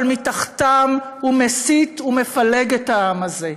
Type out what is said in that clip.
אבל מתחתם הוא מסית ומפלג את העם הזה.